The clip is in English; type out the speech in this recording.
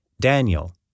Daniel